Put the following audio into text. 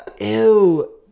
Ew